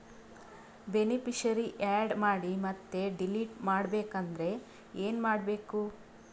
Beneficiary, add ಮಾಡಿ ಮತ್ತೆ delete ಮಾಡಬೇಕೆಂದರೆ ಏನ್ ಮಾಡಬೇಕು?